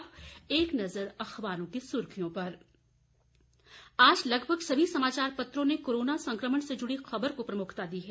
अब एक नज़र अखबारों की सुर्खियों पर आज लगभग सभी समाचार पत्रों ने कोरोना संकमण से जुड़ी खबर को प्रमुखता दी है